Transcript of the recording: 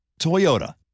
Toyota